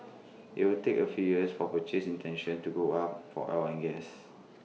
IT will take A few years for purchase intentions to go up for oil and gas